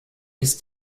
ist